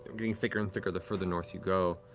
getting thicker and thicker the further north you go.